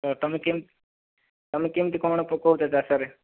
ତୁମେ କେମିତି ତୁମେ କେମିତି କଣ ପକଉଛ ଚାଷରେ